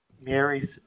mary's